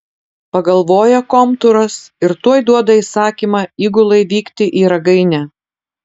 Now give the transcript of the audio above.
pagalvoja komtūras ir tuoj duoda įsakymą įgulai vykti į ragainę